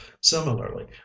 Similarly